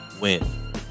win